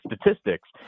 statistics